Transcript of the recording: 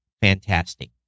fantastic